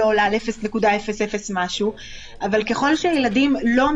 בסדר גמור, תודה רבה.